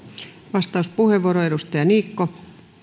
vastauspuheenvuoro edustaja niikko